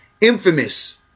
infamous